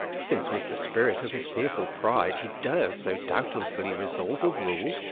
since with the spirit of his fearful pride, he dares so doubtlessly resolve of rule,